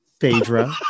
Phaedra